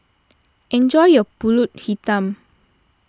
enjoy your Pulut Hitam